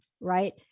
Right